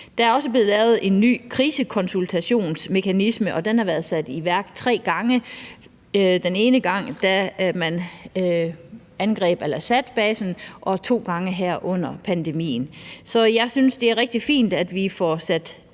Der er også blevet lavet en ny krisekonsultationsmekanisme, og den har været sat i værk tre gange – den ene gang, da man angreb Al-Asad-basen, og to gange her under pandemien. Så jeg synes, det er rigtig fint, at vi får sat